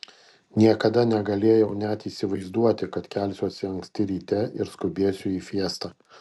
niekada negalėjau net įsivaizduoti kad kelsiuosi anksti ryte ir skubėsiu į fiestą